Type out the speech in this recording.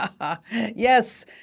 Yes